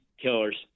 killers